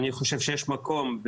אני חושב שיש מקום,